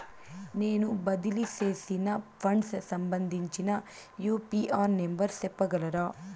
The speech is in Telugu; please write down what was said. నేను బదిలీ సేసిన ఫండ్స్ సంబంధించిన యూ.టీ.ఆర్ నెంబర్ సెప్పగలరా